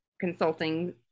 consulting